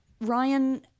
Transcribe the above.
Ryan